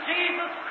Jesus